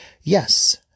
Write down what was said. yes